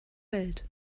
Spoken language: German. welt